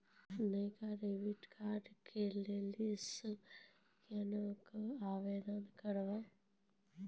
नयका डेबिट कार्डो लै लेली केना के आवेदन करबै?